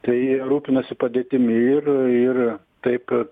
tai rūpinasi padėtimi ir ir taip